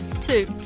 two